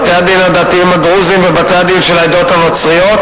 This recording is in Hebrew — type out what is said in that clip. בתי-הדין הדתיים הדרוזיים ובתי-הדין של העדות הנוצריות,